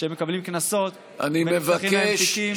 שמקבלים קנסות, שנפתחים להם תיקים.